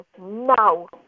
now